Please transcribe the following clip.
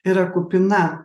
yra kupina